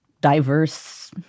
diverse